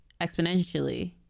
exponentially